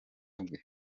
bwe